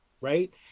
right